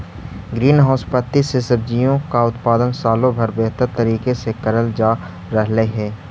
green house पद्धति से सब्जियों का उत्पादन सालों भर बेहतर तरीके से करल जा रहलई हे